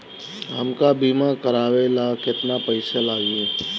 हमका बीमा करावे ला केतना पईसा लागी?